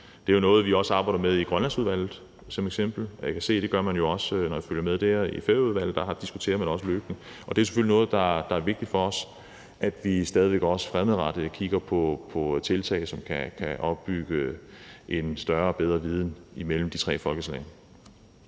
Det er noget, vi f.eks. også arbejder med i Grønlandsudvalget, og jeg kan se, at det gør man også i Færøudvalget, når jeg følger med der, og der diskuterer man det også løbende. Så det er selvfølgelig noget, der er vigtigt for os, altså at vi også fremadrettet kigger på tiltag, som kan opbygge en større og bedre viden imellem de tre folkeslag.